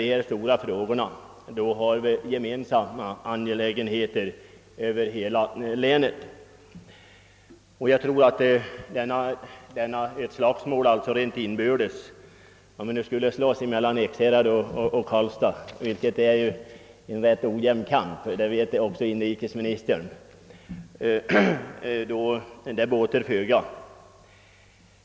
Ett inbördes slagsmål mellan Ekshärad och Karlstad vore en ganska ojämn kamp till föga båtnad — det vet också inrikesministern. Det utesluter emellertid inte att utbyggnad av industri kan och bör ske även på andra platser i länet.